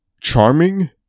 charming